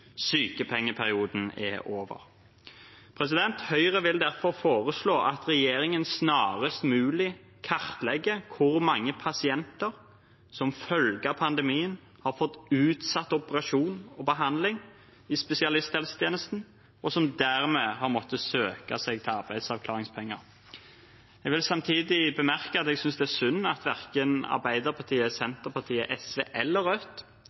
sykepengeperioden var over. Høyre vil derfor foreslå at regjeringen snarest mulig kartlegger hvor mange pasienter som som følge av pandemien har fått utsatt operasjon og behandling i spesialisthelsetjenesten, og som dermed har måttet søke seg til arbeidsavklaringspenger. Jeg vil samtidig bemerke at jeg synes det er synd at verken Arbeiderpartiet, Senterpartiet, SV eller Rødt